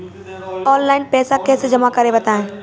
Online पैसा कैसे जमा करें बताएँ?